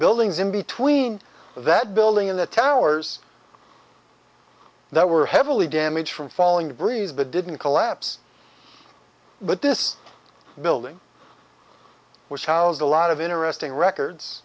buildings in between that building in the towers that were heavily damaged from falling breeze but didn't collapse but this building which housed a lot of interesting records